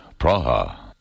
Praha